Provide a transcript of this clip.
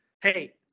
Hey